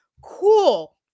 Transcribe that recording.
Cool